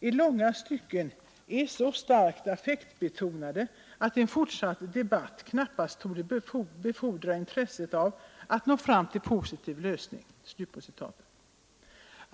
”i långa stycken är så starkt affektbetonade att en fortsatt debatt knappast torde befordra intresset av att nå fram till en positiv lösning”.